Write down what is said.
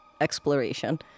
exploration